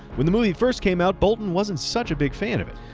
when the movie first came out, bolton wasn't such a big fan of it.